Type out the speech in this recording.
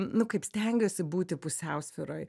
nu kaip stengiuosi būti pusiausvyroj